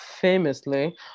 famously